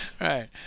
Right